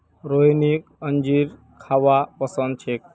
रोहिणीक अंजीर खाबा पसंद छेक